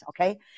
okay